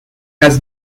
has